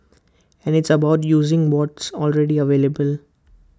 and it's about using what's already available